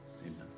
Amen